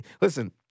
listen